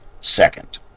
Second